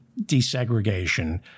desegregation